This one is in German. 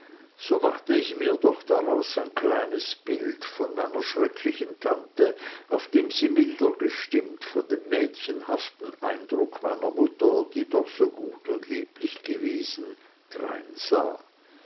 so machte ich mir doch daraus ein kleines bild von meiner schrecklichen tante auf dem sie milder gestimmt von dem mädchenhaften eindruck meiner mutter die doch so gut und lieblich gewesen dreinsah